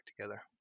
together